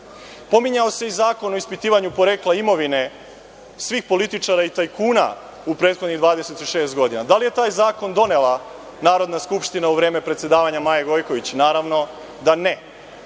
epilog. Pominjao se i zakon o ispitivanju porekla imovine svih političara i tajkuna u prethodnih 26 godina. Da li je taj zakon donela Narodna skupština u vreme predsedavanja Maje Gojković? Naravno da